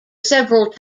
several